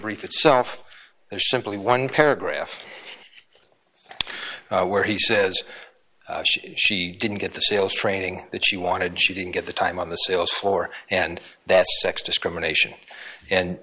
brief itself there's simply one paragraph where he says she didn't get the sales training that she wanted she didn't get the time on the sales floor and that's sex discrimination and